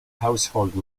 household